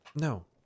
no